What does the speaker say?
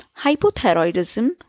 hypothyroidism